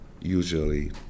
usually